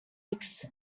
legs